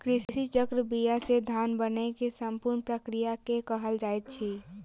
कृषि चक्र बीया से धान बनै के संपूर्ण प्रक्रिया के कहल जाइत अछि